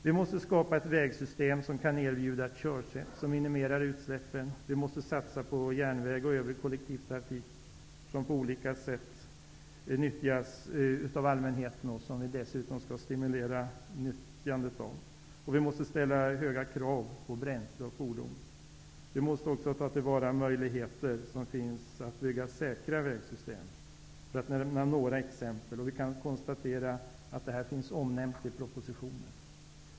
Vi måste skapa ett vägsystem som kan erbjuda ett körsätt som minimerar utsläppen. --Vi måste satsa på järnväg och på övrig kollektivtrafik som på olika sätt nyttjas av allmänheten, och vi skall dessutom stimulera användningen. --Vi måste ställa höga krav på bränsle och fordon. --Vi måste ta till vara de möjligheter som finns att bygga säkra vägsystem. Detta var några exempel. Vi kan konstatera att detta finns omnämnt i propositionen.